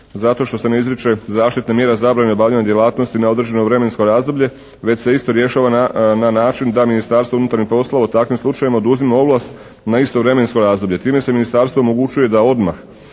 zato što se ne izriče zaštitna mjera zabrane obavljanja djelatnosti na određeno vremensko razdoblje već se isto rješava na način da Ministarstvo unutarnjih poslova u takvim slučajevima oduzima ovlast na isto vremensko razdoblje. Time se Ministarstvu omogućuje da odmah